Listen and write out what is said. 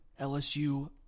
LSU